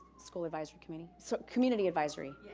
school advisory committee? so community advisory.